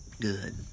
Good